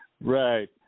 Right